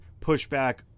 pushback